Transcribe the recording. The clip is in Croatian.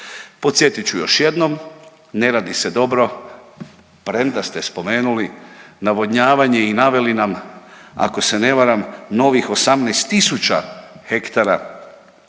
Podsjetit ću još jednom, ne radi se dobro premda ste spomenuli navodnjavanje i naveli nam ako se ne varam novih 18.000 hektara